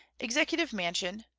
executive mansion,